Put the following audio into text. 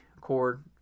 chord